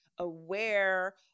aware